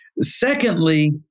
Secondly